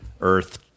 earth